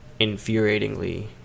infuriatingly